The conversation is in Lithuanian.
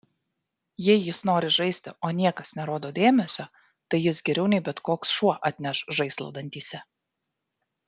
jei jis nori žaisti o niekas nerodo dėmesio tai jis geriau nei bet koks šuo atneš žaislą dantyse